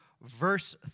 Verse